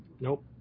Nope